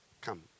Come